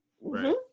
Right